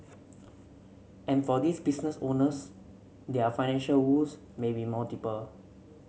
and for these business owners their financial woes may be multiple